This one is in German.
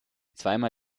zweimal